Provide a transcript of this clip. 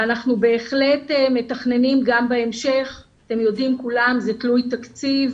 אנחנו בהחלט מתכננים בהמשך אתם יודעים שזה תלוי תקציב